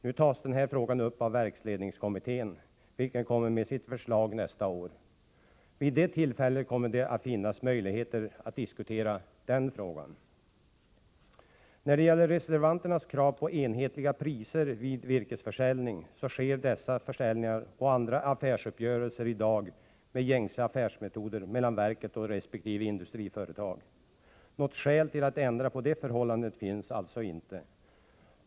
Nu tas den frågan upp av verksledningskommittén, vilken kommer att lägga fram sitt förslag nästa år. Vid det tillfället kommer det att finnas möjligheter att diskutera den frågan. Reservanterna kräver enhetliga priser vid virkesförsäljning. Jag vill påpeka att dessa försäljningar och andra affärsuppgörelser som träffas mellan verket och resp. industriföretag sker med gängse affärsmetoder. Något skäl till att ändra på det förhållandet finns alltså inte.